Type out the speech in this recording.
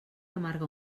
amarga